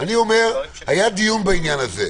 היה דיון בעניין הזה.